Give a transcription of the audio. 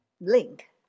link